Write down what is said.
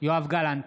יואב גלנט,